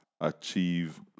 achieve